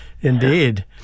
Indeed